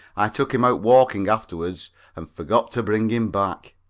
i took him out walking afterward and forgot to bring him back.